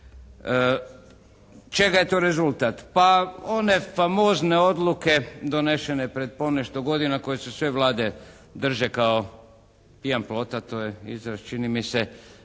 Čega je to rezultat? Pa one famozne odluke donešene pred ponešto godina koje se sve vlade drže kao pijan plota. To je iza čini mi se